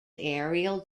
aerial